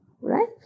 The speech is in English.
right